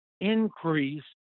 increase